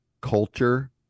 culture